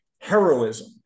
heroism